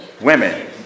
women